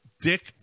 Dick